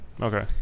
Okay